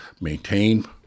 maintain